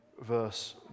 verse